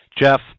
Jeff